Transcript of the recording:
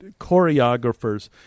choreographers